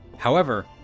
however,